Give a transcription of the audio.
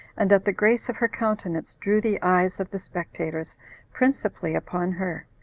and that the grace of her countenance drew the eyes of the spectators principally upon her.